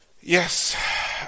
Yes